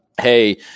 Hey